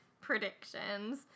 predictions